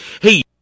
Hey